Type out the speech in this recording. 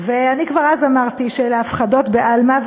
ואני כבר אז אמרתי שאלה הפחדות בעלמא,